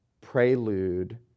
prelude